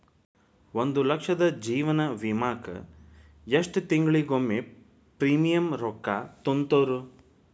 ಒಂದ್ ಲಕ್ಷದ ಜೇವನ ವಿಮಾಕ್ಕ ಎಷ್ಟ ತಿಂಗಳಿಗೊಮ್ಮೆ ಪ್ರೇಮಿಯಂ ರೊಕ್ಕಾ ತುಂತುರು?